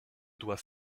dois